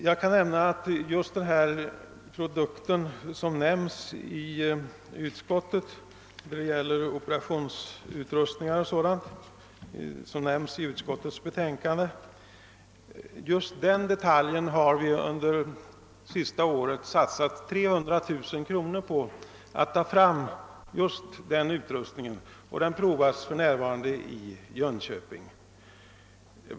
Jag kan nämna att vi under det senaste året satsat 300 000 kronor på att ta fram just den detalj som nämns i utskottets utlåtande, nämligen operationsutrustning, den prövas för närvarande i Jönköping.